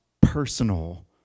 personal